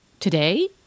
Today